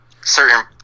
Certain